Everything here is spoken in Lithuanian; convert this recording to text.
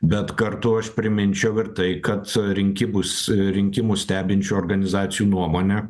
bet kartu aš priminčiau ir tai kad rinkimus rinkimus stebinčių organizacijų nuomone